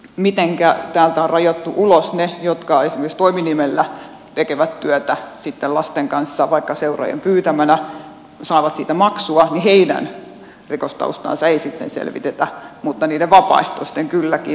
mitenkä täältä on rajattu ulos ne jotka esimerkiksi toiminimellä tekevät työtä lasten kanssa vaikka seurojen pyytämänä saavat siitä maksua niin että heidän rikostaustaansa ei sitten selvitetä mutta niiden vapaaehtoisten kylläkin